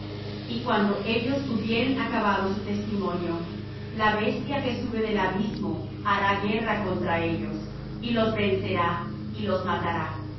y cuando ellos hubieren acabado su testimonio la bestia que sube del abismo hará guerra contra ellos y los vencerá y los matará